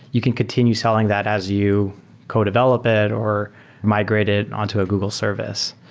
you can continue selling that as you co-develop it or migrate it on to a google service.